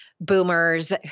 boomers